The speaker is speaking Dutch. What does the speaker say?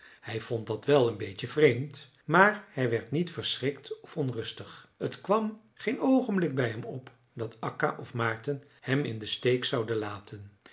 hij vond dat wel een beetje vreemd maar hij werd niet verschrikt of onrustig het kwam geen oogenblik bij hem op dat akka of maarten hem in den steek zouden laten